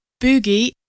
Boogie